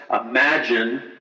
Imagine